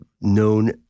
known